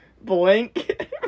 blank